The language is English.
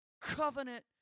covenant